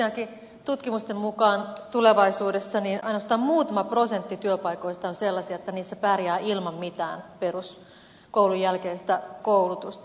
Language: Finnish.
tosiaankin tutkimusten mukaan tulevaisuudessa ainoastaan muutama prosentti työpaikoista on sellaisia että niissä pärjää ilman mitään peruskoulun jälkeistä koulutusta